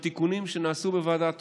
בתיקונים שנעשו בוועדת חוקה,